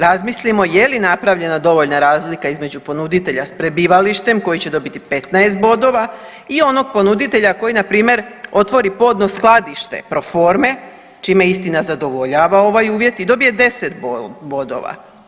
Razmislimo je li napravljena dovoljna razlika između ponuditelja s prebivalištem koji će dobiti 15 bodova i onog ponuditelja koji npr. otvori podno skladište pro forme čime istina zadovoljava ovaj uvjet i dobije 10 bodova.